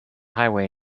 highway